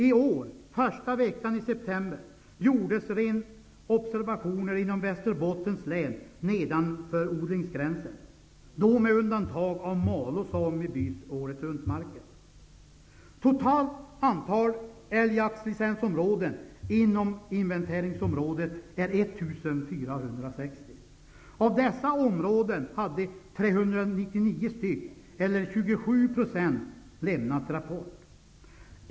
I år gjordes första veckan i september renobservationer inom Västerbottens län nedanför odlingsgränsen, med undantag av Malå sambys åretruntmarker. Totalt antal älgjaktslicensområden inom inventeringsområdet är 1 460. Av dessa områden har 399, eller 27 %, lämnat rapport.